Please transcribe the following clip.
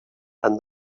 and